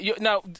Now